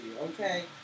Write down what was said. okay